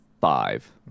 five